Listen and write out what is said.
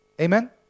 Amen